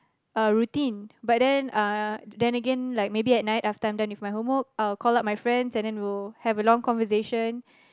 uh routine but then uh then again like again maybe at night after I'm done with my homework I will call up my friend then we will have a long conversation